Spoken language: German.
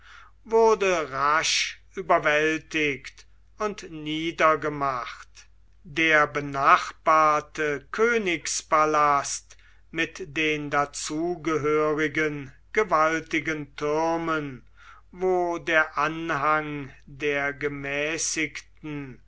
wurde rasch überwältigt und niedergemacht der benachbarte königspalast mit den dazugehörigen gewaltigen türmen wo der anhang der gemäßigten